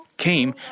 came